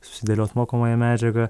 susidėliot mokomąją medžiagą